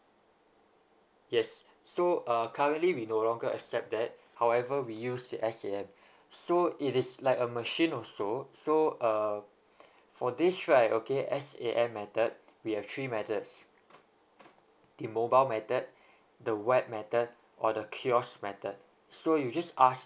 yes so uh currently we no longer accept that however we used it so it is like a machine also so uh for this right okay s a n method we have three methods the mobile method the web method or the method so you just ask